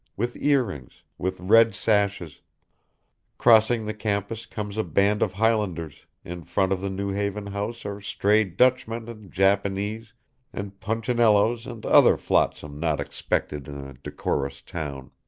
with ear-rings, with red sashes crossing the campus comes a band of highlanders, in front of the new haven house are stray dutchmen and japanese and punchinellos and other flotsam not expected in a decorous town